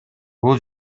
бул